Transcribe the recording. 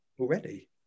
Already